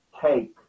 take